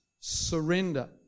surrender